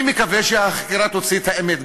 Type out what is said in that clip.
אני מקווה שהחקירה תוציא את האמת,